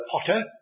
potter